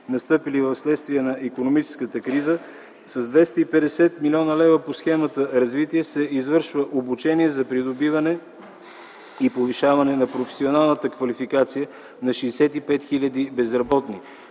настъпили вследствие на икономическата криза, с 250 млн. лв. по схемата „Развитие на човешките ресурси” се извършва обучение за придобиване и повишаване на професионалната квалификация на 65 000 безработни,